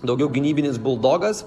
daugiau gynybinis buldogas